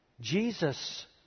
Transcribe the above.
Jesus